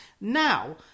Now